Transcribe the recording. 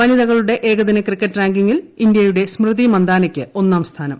വനിതകളുടെ ഏകദിന ക്രിക്കറ്റ് റാങ്കിങ്ങിൽ ഇന്ത്യയുടെ സ്മൃതി മന്ദാനയ്ക്ക് ഒന്നാം സ്ഥാനം